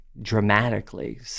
dramatically